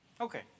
okay